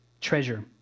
treasure